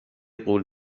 غول